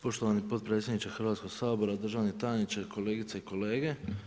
Poštovani potpredsjedniče Hrvatskog sabora, državni tajniče, kolegice i kolege.